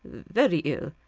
very ill,